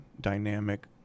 dynamic